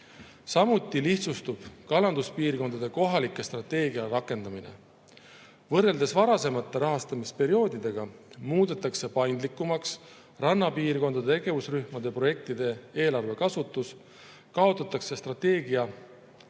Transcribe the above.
lihtsustub kalanduspiirkondade kohalike strateegiate rakendamine. Võrreldes varasemate rahastamisperioodidega muudetakse paindlikumaks rannapiirkondade tegevusrühmade projektide eelarvekasutus, kaotatakse strateegia